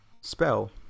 Spell